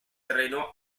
terreno